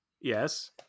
yes